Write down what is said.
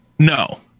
No